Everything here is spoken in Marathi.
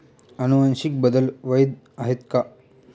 अनुवांशिक बदल वैध आहेत का?